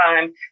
time